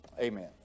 amen